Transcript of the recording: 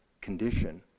condition